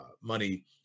money